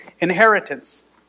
inheritance